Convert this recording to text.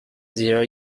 their